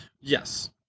yes